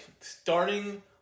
starting